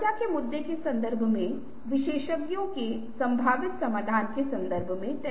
इस सब के बारे में जब आप प्रोत्साहित निर्णय सावधानी तार्किक करते है